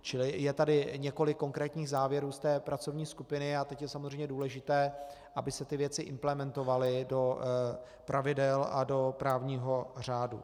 Čili je tady několik konkrétních závěrů z té pracovní skupiny a teď je samozřejmě důležité, aby se ty věci implementovaly do pravidel a do právního řádu.